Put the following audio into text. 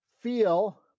feel